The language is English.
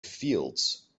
fields